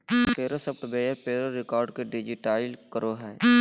payroll software payroll record के digitise करो हइ